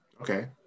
Okay